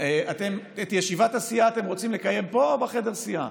את ישיבת הסיעה אתם רוצים לקיים פה או בחדר הסיעה?